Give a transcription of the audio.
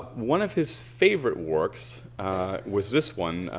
one of his favorite works was this one,